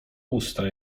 usta